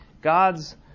God's